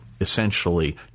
essentially